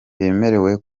bemerewe